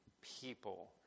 people